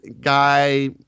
guy